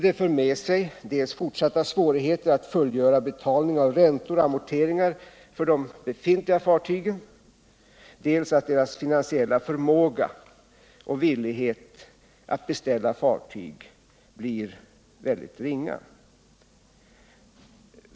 Det för med sig dels fortsatta svårigheter att fullgöra betalning av räntor och amorteringar för de befintliga fartygen, dels att redarnas finansiella förmåga och villighet att beställa fartyg blir ringa.